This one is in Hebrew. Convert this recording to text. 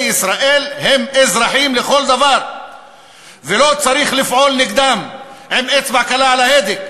ישראל הם אזרחים לכל דבר ולא צריך לפעול נגדם עם אצבע קלה על ההדק.